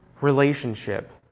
relationship